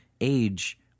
age